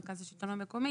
מרכז השלטון המקומי,